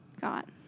got